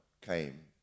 came